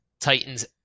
Titans